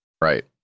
Right